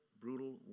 brutal